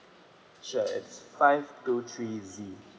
sure it's five two three Z